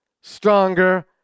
stronger